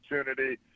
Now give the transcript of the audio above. opportunity